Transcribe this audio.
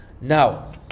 now